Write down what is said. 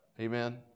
amen